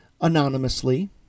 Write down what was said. anonymously